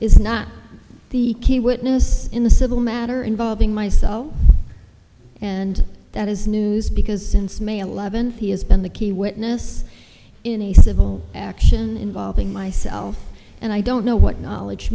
is not the key witness in the civil matter involving myself and that is news because since may eleventh he has been the key witness in a civil action involving myself and i don't know what knowledge